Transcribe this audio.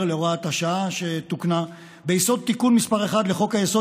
להוראת השעה שתוקנה: "ביסוד תיקון מס' 1 לחוק-היסוד